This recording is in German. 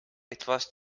etwas